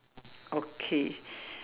okay